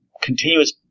continuous